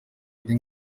andi